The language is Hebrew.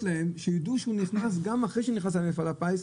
שיידעו שהוא נכנס גם אחרי שהוא נכנס למפעל הפיס.